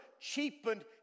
cheapened